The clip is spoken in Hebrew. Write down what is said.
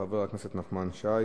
חבר הכנסת נחמן שי,